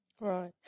Right